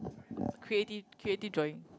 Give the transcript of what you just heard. creative creative drawing